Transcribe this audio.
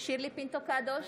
שירלי פינטו קדוש,